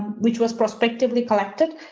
which was prospectively collected.